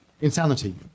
insanity